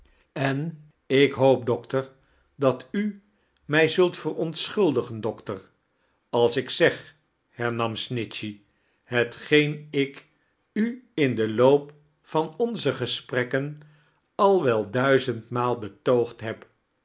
en ik hoop doctor dat u mij zult verontschuldigen doctor als ik zeg hernam snitchey hetgeen ik u in den loop van onze gasprekken al wel duizendmaal betoogd heb